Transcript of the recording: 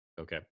Okay